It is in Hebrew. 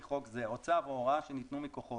חוק זה או צו או הוראה שניתנו מכוחו,